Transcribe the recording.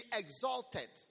exalted